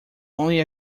only